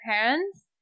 parents